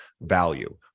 value